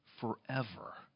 forever